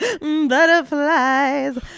Butterflies